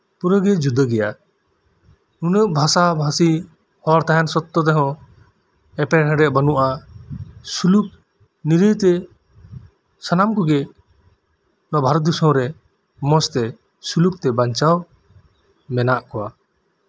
ᱯᱩᱨᱟᱹᱜᱮ ᱡᱩᱫᱟᱹ ᱜᱮᱭᱟ ᱩᱱᱟᱹᱜ ᱵᱷᱟᱥᱟ ᱵᱷᱟᱥᱤ ᱦᱚᱲ ᱛᱟᱦᱮᱱ ᱥᱚᱛᱛᱚ ᱛᱮᱦᱚᱸ ᱮᱯᱮᱨ ᱦᱮᱰᱮᱡ ᱵᱟᱱᱩᱜᱼᱟ ᱥᱩᱞᱩᱠ ᱱᱤᱨᱟᱹᱭ ᱛᱮ ᱥᱟᱱᱟᱢ ᱠᱚᱜᱮ ᱱᱚᱶᱟ ᱵᱷᱟᱨᱚᱛ ᱫᱤᱥᱚᱢ ᱨᱮ ᱢᱚᱸᱡᱽ ᱛᱮ ᱥᱩᱞᱩᱠ ᱛᱮ ᱵᱟᱧᱪᱟᱣ ᱢᱮᱱᱟᱜ ᱠᱚᱣᱟ